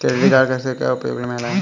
Credit card कैसे उपयोग में लाएँ?